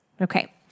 Okay